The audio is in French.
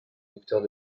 docteurs